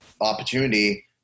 opportunity